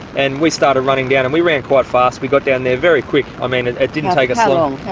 and we started running down and we ran quite fast we got down there very quick. i mean it it didn't take us long,